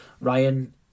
Ryan